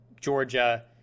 Georgia